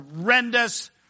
horrendous